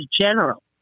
general